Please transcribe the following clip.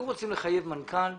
אם רוצים לחייב מנכ"ל,